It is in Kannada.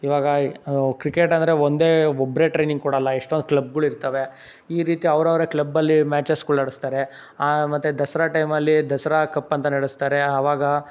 ಇವಾಗ ಕ್ರಿಕೆಟ್ ಅಂದರೆ ಒಂದೇ ಒಬ್ಬರೇ ಟ್ರೈನಿಂಗ್ ಕೊಡೋಲ್ಲ ಎಷ್ಟೊಂದು ಕ್ಲಬ್ಗಳಿರ್ತವೆ ಈ ರೀತಿ ಅವರವ್ರೇ ಕ್ಲಬ್ಬಲ್ಲಿ ಮ್ಯಾಚಸ್ಗಳು ಆಡಿಸ್ತಾರೆ ಮತ್ತು ದಸರಾ ಟೈಮಲ್ಲಿ ದಸರಾ ಕಪ್ ಅಂತ ನಡೆಸ್ತಾರೆ ಅವಾಗ